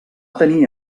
tenir